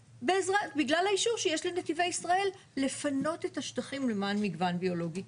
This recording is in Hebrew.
בגלל האישור שיש לנתיבי ישראל לפנות את השטחים למען מגוון ביולוגי.